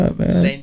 man